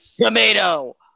Tomato